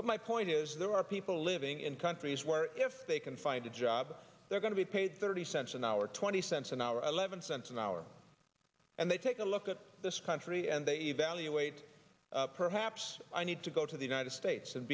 but my point is there are people living in countries where if they can find a job they're going to be paid thirty cents an hour twenty cents an hour eleven cents an hour and they take a look at this country and they evaluate perhaps i need to go to the united states and